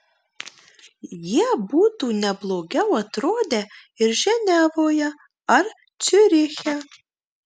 jie būtų ne blogiau atrodę ir ženevoje ar ciuriche